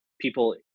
people